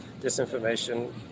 Disinformation